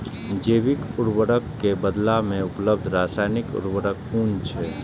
जैविक उर्वरक के बदला में उपलब्ध रासायानिक उर्वरक कुन छै?